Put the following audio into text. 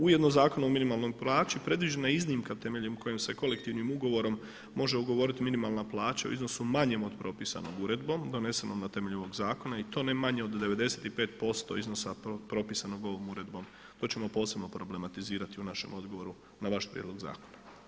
Ujedno Zakonom o minimalnoj plaći predviđena je iznimka temeljem koje se kolektivnim ugovorom može ugovoriti minimalna plaća u iznosu manjem od propisanog uredbom donesenom na temelju ovog zakona i to ne manje od 95% iznosa propisanog ovom uredbom, to ćemo posebno problematizirati u našem odgovoru na vaš prijedlog zakona.